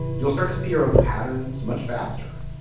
you'll start to see your own patterns much faster